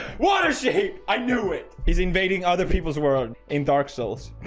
water she i knew it. he's invading other people's world in dark souls